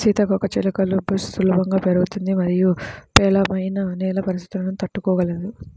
సీతాకోకచిలుక బుష్ సులభంగా పెరుగుతుంది మరియు పేలవమైన నేల పరిస్థితులను తట్టుకోగలదు